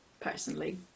Personally